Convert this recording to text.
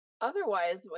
Otherwise